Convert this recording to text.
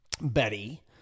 Betty